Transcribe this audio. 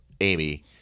Amy